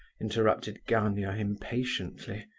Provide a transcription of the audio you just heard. interrupted gania, impatiently.